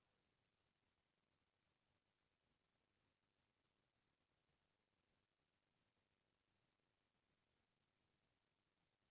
का का कारण होथे जेमन मा हमन ला खेती करे के स्तिथि ला घलो ला बदले ला पड़थे?